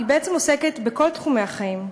היא בעצם עוסקת בכל תחומי החיים.